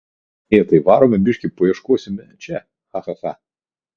ė tai varome biškį paieškosime čia cha cha cha